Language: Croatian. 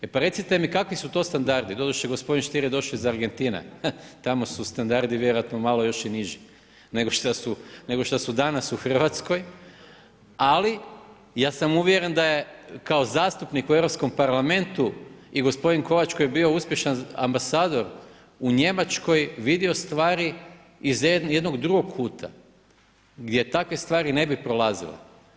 E pa recite mi kakvi su to standardi, doduše gospodin Stier je došao iz Argentine, tamo su standardi vjerojatno malo još i niži nego šta su danas u Hrvatskoj, ali ja sam uvjeren da je kao zastupnik u Europskom parlamentu i gospodin Kovač koji je bio uspješan ambasador u Njemačkoj vidio stvari iz jednog drugog kuta gdje takve stvari ne bi prolazile.